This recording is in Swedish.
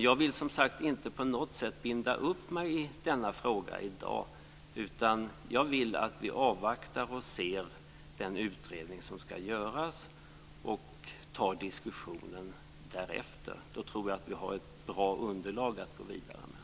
Jag vill, som sagt, inte på något sätt binda upp mig i denna fråga i dag, utan jag vill att vi avvaktar resultatet av den utredning som ska göras och tar diskussionen därefter. Då tror jag att vi har ett bra underlag att gå vidare utifrån.